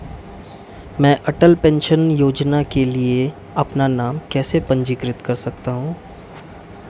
मैं अटल पेंशन योजना के लिए अपना नाम कैसे पंजीकृत कर सकता हूं?